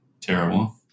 terrible